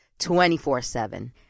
24-7